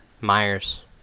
Myers